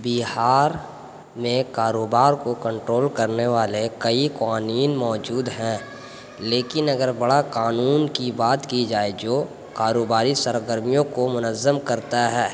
بہار میں کاروبار کو کنٹرول کرنے والے کئی قوانین موجود ہیں لیکن اگر بڑا قانون کی بات کی جائے جو کاروباری سرگرمیوں کو منظم کرتا ہے